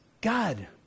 God